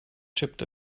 chipped